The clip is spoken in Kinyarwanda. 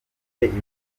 anafite